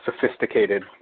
sophisticated